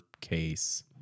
case